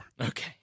Okay